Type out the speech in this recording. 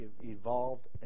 evolved